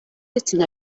sitting